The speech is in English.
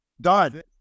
Done